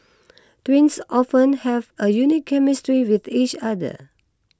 twins often have a unique chemistry with each other